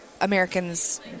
Americans